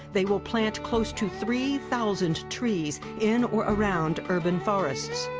they will plant close to three thousand trees in or around urban forests.